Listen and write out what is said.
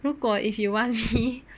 如果 if you want me